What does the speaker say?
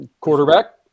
Quarterback